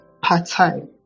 part-time